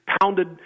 pounded